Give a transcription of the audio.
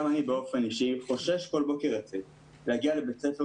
גם אני באופן אישי חושש כל בוקר לצאת ולהגיע לבית ספר